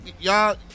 Y'all